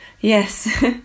Yes